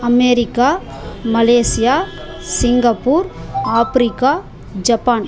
America Malaysia Singapore Africa Japan